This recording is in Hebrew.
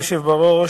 אדוני היושב בראש,